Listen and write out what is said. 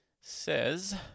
says